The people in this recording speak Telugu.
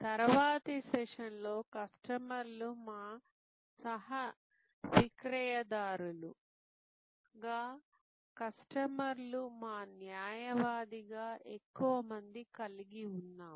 తరువాతి సెషన్లో కస్టమర్లు మా సహ విక్రయదారులు గా కస్టమర్లు మా న్యాయవాదిగా ఎక్కువ మంది కలిగి ఉన్నాము